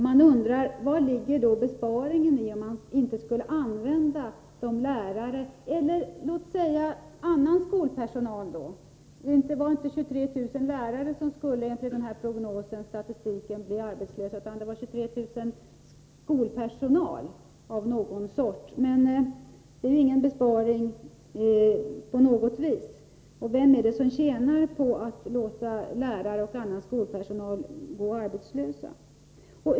Man undrar vari besparingen ligger om man inte använder de lärare som finns eller annan skolpersonal. Det var inte 23000 lärare som skulle bli arbetslösa enligt prognosen, utan 23 000 i kategorin skolpersonal. Men det är ingen besparing på något vis. Och vem tjänar på att låta lärare och annan skolpersonal gå arbetslösa?